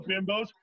bimbos